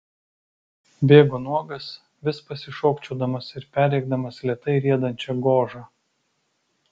bėgo nuogas vis pasišokčiodamas ir perrėkdamas lėtai riedančią gožą